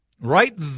Right